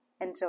Enjoy